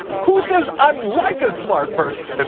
who says i'm like a smart person?